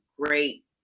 great